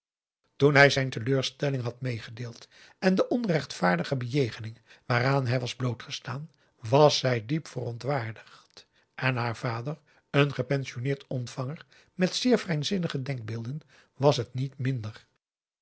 toen hij zijn teleurstellingen had meegedeeld en de onrechtvaardige bejegening waaraan hij had blootgestaan was zij diep verontwaardigd en haar vader een gepensionneerd ontvanger met zeer vrijzinnige denkbeelden was het niet minder